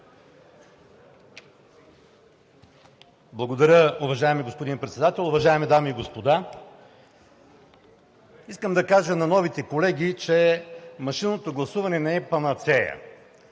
Благодаря, уважаеми господин Председател. Уважаеми дами и господа! Искам да кажа на новите колеги, че машинното гласуване не е панацея.